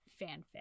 fanfic